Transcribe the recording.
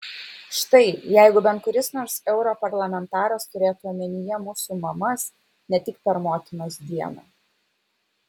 štai jeigu bent kuris nors europarlamentaras turėtų omenyje mūsų mamas ne tik per motinos dieną